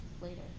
later